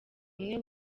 umwe